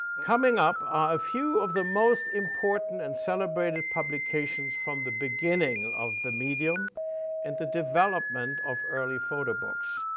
coming up are a few of the most important and celebrated publications from the beginning of the medium and the development of early photo books,